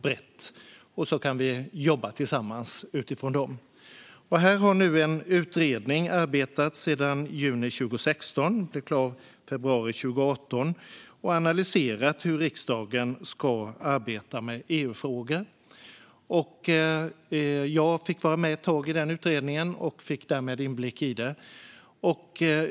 Sedan kan vi jobba tillsammans utifrån dem. En utredning har jobbat med detta sedan juni 2016, och den blev klar i februari 2018. Utredningen har analyserat hur riksdagen ska arbeta med EU-frågor. Jag fick vara med ett tag i utredningen och fick därmed inblick i den.